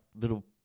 little